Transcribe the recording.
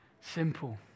simple